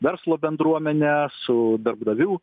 verslo bendruomene su darbdavių